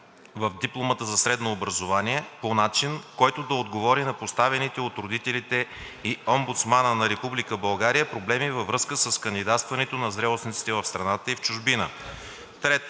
в дипломата за средно образование по начин, който да отговори на поставените от родителите и Омбудсмана на Република България проблеми във връзка с кандидатстването на зрелостниците в страната и в чужбина.